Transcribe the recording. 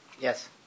Yes